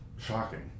shocking